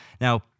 Now